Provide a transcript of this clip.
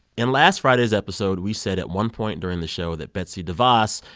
in last friday's episode, we said at one point during the show that betsy devos,